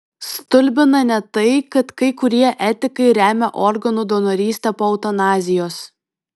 stulbina ne tai kad kai kurie etikai remia organų donorystę po eutanazijos